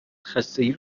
خستگی